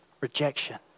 Rejection